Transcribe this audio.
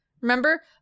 Remember